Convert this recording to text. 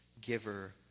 giver